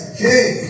king